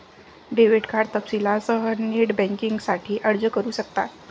debit card तपशीलांसह net बँकिंगसाठी अर्ज करू शकतात